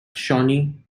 shawnee